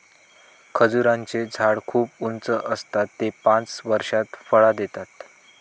खजूराचें झाड खूप उंच आसता ते पांच वर्षात फळां देतत